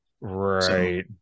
right